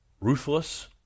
ruthless